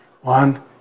One